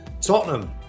Tottenham